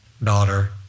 daughter